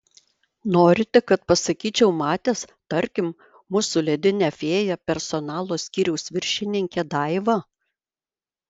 norite kad pasakyčiau matęs tarkim mūsų ledinę fėją personalo skyriaus viršininkę daivą